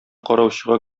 караучыга